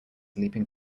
leaping